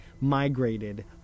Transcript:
migrated